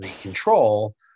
control